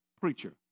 preacher